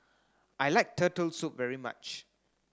I like turtle soup very much